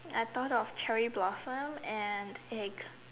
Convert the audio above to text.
I thought of cherry blossom and eggs